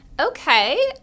Okay